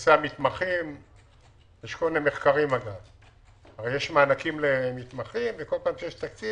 בנושא המתמחים יש מענקים למתמחים וכל פעם שיש תקציב